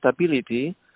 stability